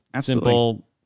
Simple